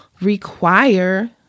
require